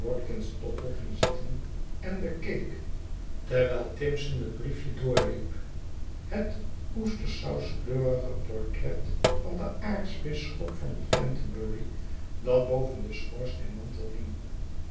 tottle ging zitten en bekeek terwijl timson het brief doorliep het oestersauskleurige portret van d aartsbisschop van canterbury dat boven den schoorsteenmantel hing